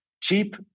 cheap